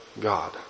God